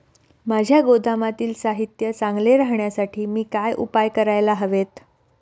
माझ्या गोदामातील साहित्य चांगले राहण्यासाठी मी काय उपाय काय करायला हवेत?